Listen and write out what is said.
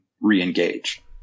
re-engage